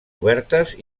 obertes